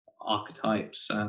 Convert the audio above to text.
archetypes